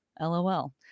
LOL